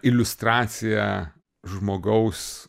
iliustracija žmogaus